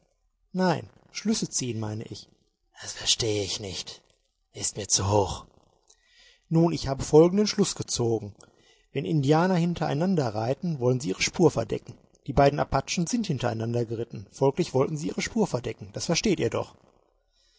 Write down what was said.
nein schlüsse ziehen meine ich das verstehe ich nicht ist mir zu hoch nun ich habe folgenden schluß gezogen wenn indianer hintereinander reiten wollen sie ihre spur verdecken die beiden apachen sind hintereinander geritten folglich wollten sie ihre spur verdecken das versteht ihr doch